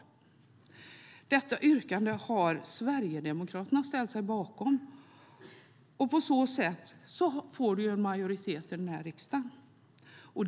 Detta yrkande har Sverigedemokraterna ställt sig bakom, och på så sätt får det en majoritet i riksdagen.